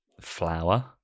flower